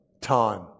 Time